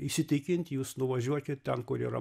įsitikint jūs nuvažiuokit ten kur yra